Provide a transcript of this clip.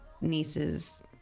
niece's